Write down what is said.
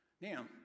Now